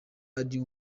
ari